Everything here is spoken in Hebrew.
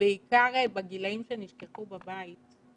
ובעיקר בגילאים שנשכחו בבית,